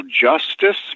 justice